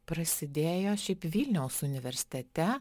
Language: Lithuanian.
prasidėjo šiaip vilniaus universitete